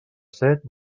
set